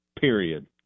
Period